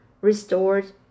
restored